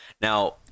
now